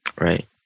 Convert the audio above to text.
Right